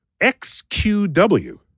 X-Q-W